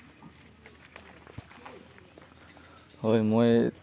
হয় মই